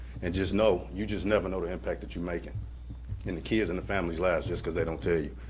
and just know, you just never know the impact that you're making in the kids and the families' lives just cause they don't tell you.